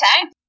time